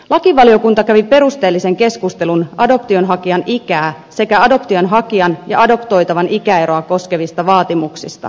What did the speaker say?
lakivaliokunta kävi perusteellisen keskustelun adoptionhakijan ikää sekä adoptionhakijan ja adoptoitavan ikäeroa koskevista vaatimuksista